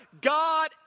God